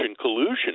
collusion